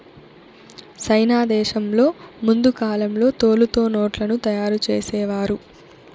సైనా దేశంలో ముందు కాలంలో తోలుతో నోట్లను తయారు చేసేవారు